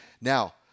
Now